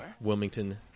Wilmington